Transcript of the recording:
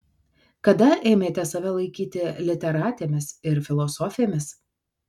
kada ėmėte save laikyti literatėmis ir filosofėmis